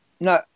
No